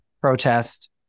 protest